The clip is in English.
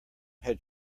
had